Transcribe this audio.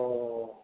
ओ